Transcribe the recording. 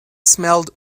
smelled